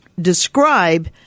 describe